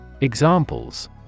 Examples